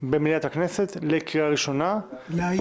במליאת הכנסת לקריאה ראשונה -- להיום.